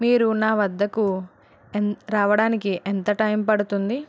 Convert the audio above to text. మీరు నా వద్దకు ఎన్ రావడానికి ఎంత టైం పడుతుంది